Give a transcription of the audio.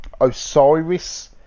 Osiris